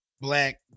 black